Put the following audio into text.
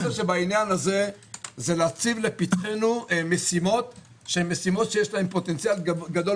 בעניין הזה זה להציב לפתחנו משימות שיש להן פוטנציאל גדול